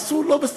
עשו לא בסדר,